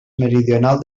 meridional